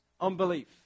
unbelief